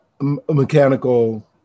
mechanical